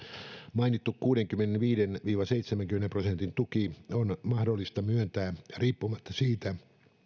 mainittu kuudenkymmenenviiden viiva seitsemänkymmenen prosentin tuki on mahdollista myöntää riippumatta siitä